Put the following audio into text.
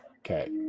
Okay